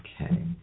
Okay